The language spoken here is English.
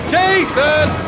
Jason